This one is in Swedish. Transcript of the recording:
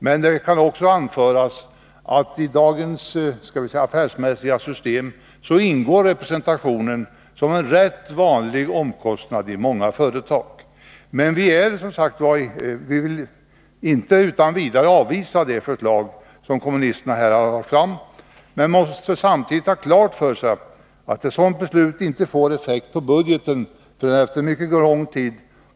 Men det kan också anföras att representationen i dagens affärsmässiga system ingår som en rätt vanlig omkostnad i många företag. Vi vill inte utan vidare avvisa det förslag som kommunisterna har lagt fram, men man måste samtidigt ha klart för sig att ett sådant beslut inte får effekter på budgeten förrän efter mycket lång tid.